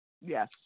Yes